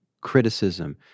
criticism